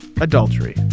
adultery